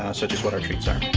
such as what our treats are.